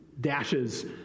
dashes